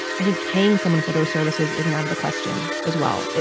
i think paying someone for those services isn't out of the question as well,